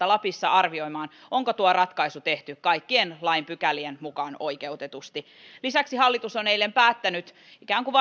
lapissa arvioimaan onko tuo ratkaisu tehty kaikkien lain pykälien mukaan oikeutetusti lisäksi hallitus on eilen päättänyt ikään kuin